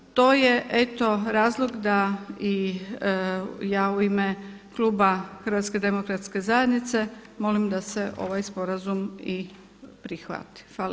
To je eto razlog da i ja u ime kluba HDZ-a molim da se ovaj sporazum i prihvati.